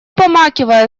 помахивая